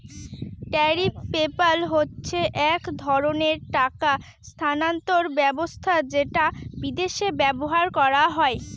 tariff PayPal হচ্ছে এক ধরনের টাকা স্থানান্তর ব্যবস্থা যেটা বিদেশে ব্যবহার করা হয়